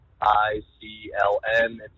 I-C-L-N